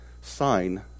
sign